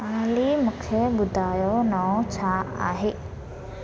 ऑली मूंखे ॿुधायो नओं छा आहे